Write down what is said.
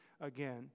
again